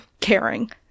caring